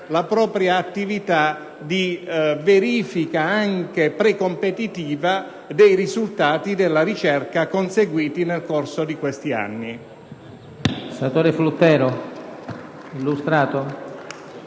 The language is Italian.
la propria attività di ricerca e di verifica anche precompetitiva dei risultati della ricerca conseguiti nel corso di questi anni.